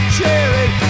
Cheering